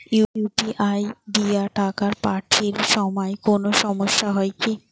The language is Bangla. ইউ.পি.আই দিয়া টাকা পাঠের সময় কোনো সমস্যা হয় নাকি?